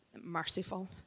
merciful